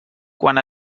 quan